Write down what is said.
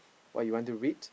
what you wan to read